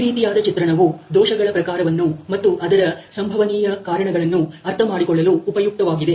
ಈ ರೀತಿಯಾದ ಚಿತ್ರಣವು ದೋಷಗಳ ಪ್ರಕಾರವನ್ನು ಮತ್ತು ಅದರ ಸಂಭವನೀಯ ಕಾರಣಗಳನ್ನು ಅರ್ಥಮಾಡಿಕೊಳ್ಳಲು ಉಪಯುಕ್ತವಾಗಿದೆ